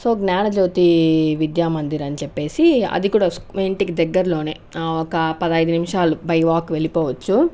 so Gyanajyothi Vidyamandir అని చెప్పి అది కూడా స్ ఇంటికి దగ్గరలోనే ఒక పదిహేను నిమిషాలు బై వాక్ వెళ్ళిపోవచ్చు